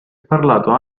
parlato